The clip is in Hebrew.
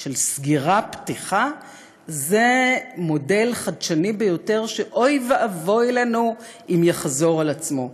של סגירה פתיחה זה מודל חדשני ביותר שאוי ואבוי לנו אם יחזור על עצמו.